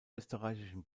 österreichischen